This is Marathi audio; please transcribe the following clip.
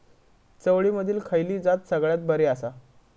चवळीमधली खयली जात सगळ्यात बरी आसा?